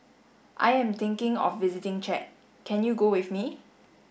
I am thinking of visiting Chad can you go with me